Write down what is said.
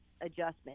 adjustment